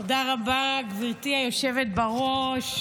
תודה רבה, גברתי היושבת בראש.